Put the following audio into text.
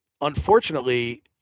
Unfortunately